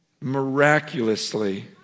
miraculously